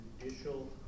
judicial